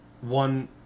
one